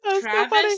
Travis